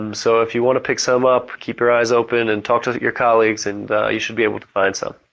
um so if you want to pick some up, keep your eyes open and talk to your colleagues and you should be able to find some.